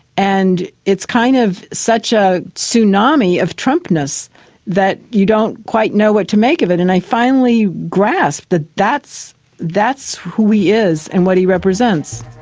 and it's kind of such a tsunami of trumpness that you don't quite know what to make of it, and i finally grasped that that's that's who he is and what he represents.